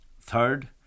Third